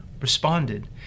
responded